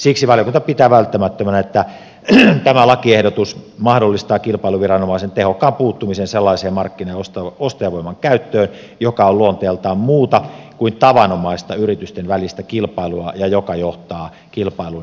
siksi valiokunta pitää välttämättömänä että tämä lakiehdotus mahdollistaa kilpailuviranomaisen tehokkaan puuttumisen sellaiseen markkina ja ostajavoiman käyttöön joka on luonteeltaan muuta kuin tavanomaista yritysten välistä kilpailua ja joka johtaa kilpailun vähentymiseen